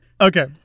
Okay